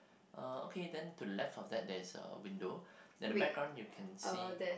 uh okay then to the left of that there is a window then the background you can see